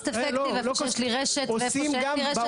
זה איפה שיש לי רשת ואיפה שאין לי רשת.